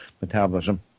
metabolism